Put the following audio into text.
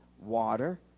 water